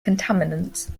contaminants